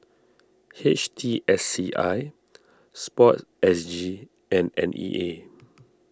H T S C I Sport S G and N E A